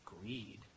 greed